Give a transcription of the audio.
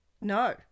No